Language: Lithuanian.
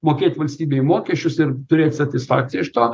mokėt valstybei mokesčius ir turėt satisfakciją iš to